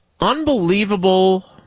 unbelievable